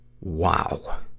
Wow